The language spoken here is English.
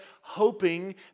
hoping